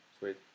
Sweet